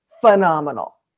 phenomenal